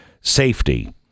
safety